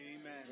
Amen